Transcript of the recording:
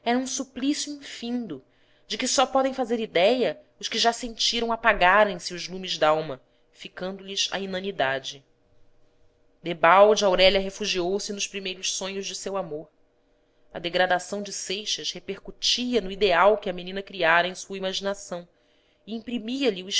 um suplício infindo de que só podem fazer idéia os que já sentiram apagarem se os lumes dalma ficando lhes a inanidade debalde aurélia refugiou-se nos primeiros sonhos de seu amor a degradação de seixas repercutia no ideal que a menina criara em sua imaginação e imprimia lhe